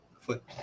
foot